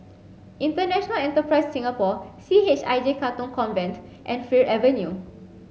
International Enterprise Singapore C H I J Katong Convent and Fir Avenue